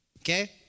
Okay